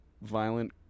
violent